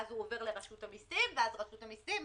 אז עובר לרשות המסיים ואז רשות המיסים משלמת,